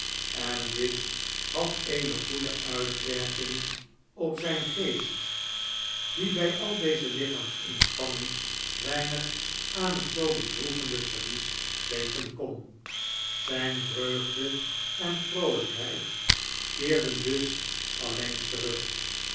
en dit had eene goede uitwerking op zijn geest die bij al dezejichaamsinspanningen weinig aan het zoo bedroevende verlies denken kon zijne vreugde en vroolijkheid keerden dus allengs terug